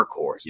workhorse